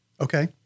Okay